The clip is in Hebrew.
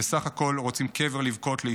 וסך הכול רוצים קבר לבכות עליו,